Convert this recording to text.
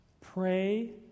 pray